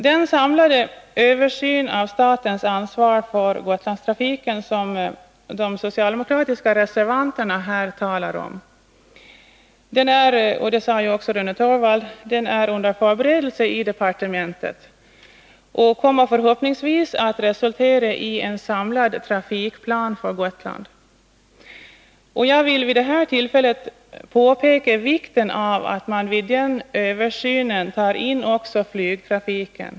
Den samlade översyn av statens ansvar för Gotlandstrafiken som de socialdemokratiska reservanterna här talar om är — och det sade ju också Rune Torwald — under förberedelse i departementet och kommer förhoppningsvis att resultera i en samlad trafikplan för Gotland. Jag vill vid detta tillfälle påpeka vikten av att man vid den översynen tar in också flygtrafiken.